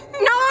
no